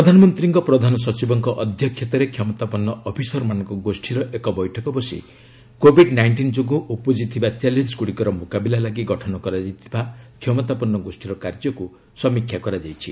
ପ୍ରଧାନମନ୍ତ୍ରୀଙ୍କ ପ୍ରଧାନ ସଚିବଙ୍କ ଅଧ୍ୟକ୍ଷତାରେ କ୍ଷମତାପନ୍ନ ଅଫିସରମାନଙ୍କ ଗୋଷୀର ଏକ ବୈଠକ ବସି କୋଭିଡ୍ ନାଇଣ୍ଟିନ୍ ଯୋଗୁଁ ଉପୁକ୍ତିଥିବା ଚ୍ୟାଲେଞ୍ଜଗୁଡ଼ିକର ମୁକାବିଲା ଲାଗି ଗଠନ କରାଯାଇଥିବା କ୍ଷମତାପନ୍ନ ଗୋଷ୍ଠୀର କାର୍ଯ୍ୟକ୍ତ ସମୀକ୍ଷା କରାଯାଇଛି